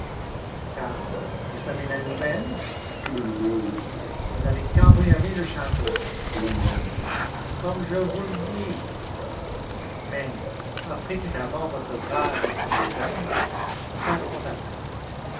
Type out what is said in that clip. car vous savez la nouvelle quelle nouvelle vous avez cambriolé le château allons donc comme je vous le dis mais offrez tout d'abord votre bras à miss underdown et passons à table